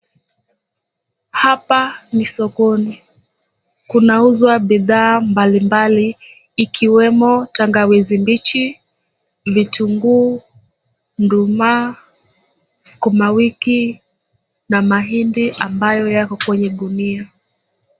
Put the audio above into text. Hapa ni sokoni kunauzwa bidhaa mbalimbali ikiwemo tangawizi mbichi, vitunguu, nduma, skuma wiki na mahindi ambayo yako kwenye gunia.